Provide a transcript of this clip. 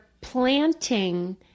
planting